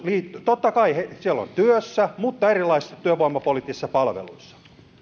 totta kai siellä on heitä työssä mutta myös erilaisissa työvoimapoliittisissa palveluissa